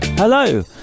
Hello